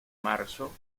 marzo